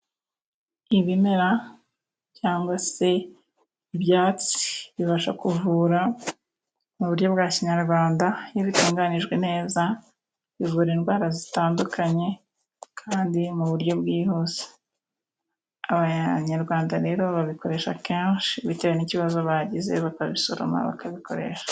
Ibimera cyangwa se ibyatsi bibasha kuvura mu buryo bwa kinyarwanda, iyo bitunganyijwe neza bivura indwara zitandukanye kandi mu buryo bwihuse, abanyarwanda rero babikoresha kenshi bitewe n'ikibazo bagize bakabisoroma bakabikoresha.